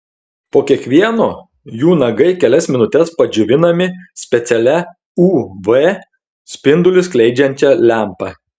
po kiekvieno jų nagai kelias minutes padžiovinami specialia uv spindulius skleidžiančia lempa